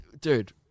dude